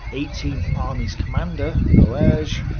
eighteenth army's commander, boege,